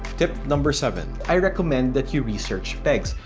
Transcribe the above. tip number seven i recommend that you research pegs,